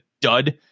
dud